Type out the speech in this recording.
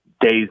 days